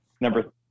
number